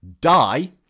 Die